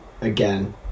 again